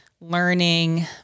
learning